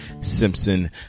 Simpson